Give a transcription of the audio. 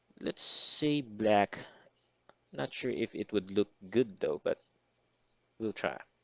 let's say black not sure if it would look good though, but we'll try